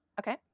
Okay